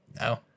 No